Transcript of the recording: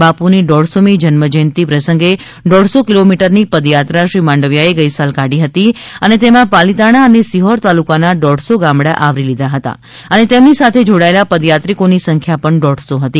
બાપુ ની દોઢસોમી જન્મ જયંતિ પ્રસંગે દોઢસો કિલોમીટર ની પદયાત્રા શ્રી માંડવીયાએ ગઇસાલ કાઢી હતી ને તેમાં પાલિતાણા ને સિહોર તાલુકા ના દોઢસો ગામડા આવરી લીધા હતા ને તેમની સાથે જોડાયેલા પદયાત્રિકોની સંખ્યા પણ દોઢસો હતી